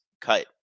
cut